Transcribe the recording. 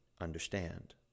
understand